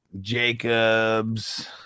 Jacobs